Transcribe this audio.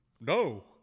No